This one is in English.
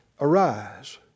arise